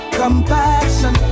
compassion